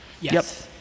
Yes